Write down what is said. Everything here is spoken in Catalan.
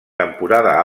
temporada